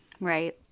Right